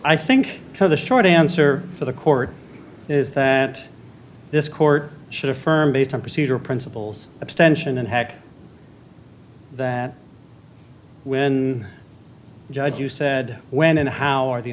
i think so the short answer for the court is that this court should affirm based on procedure principles abstention and had that when judge you said when and how are the